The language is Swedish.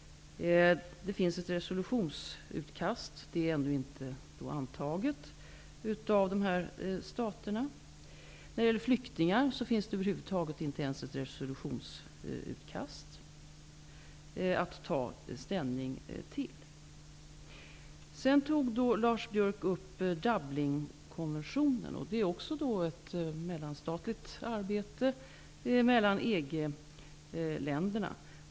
Det finns ett resolutionsutkast som ännu inte är antaget. När det gäller flyktingar finns det över huvud taget inte ens ett resolutionsutkast att ta ställning till. Lars Biörck tog upp Dublinkonventionen. Det handlar om ett mellanstatligt arbete mellan EG länderna.